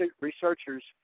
researchers